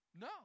no